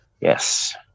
Yes